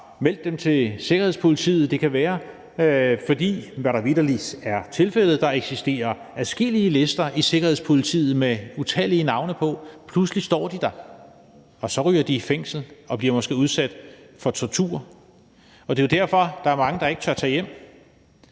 meldt dem til sikkerhedspolitiet. Det kan være, fordi – hvad der vitterlig er tilfældet – der eksisterer adskillige lister i sikkerhedspolitiet med utallige navne på. Pludselig står de der, og så ryger de i fængsel og bliver måske udsat for tortur. Det er jo derfor, der er mange, der ikke tør tage hjem,